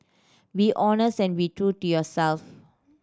be honest and be true to yourself